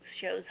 shows